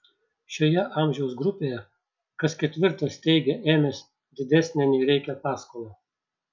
šioje amžiaus grupėje kas ketvirtas teigia ėmęs didesnę nei reikia paskolą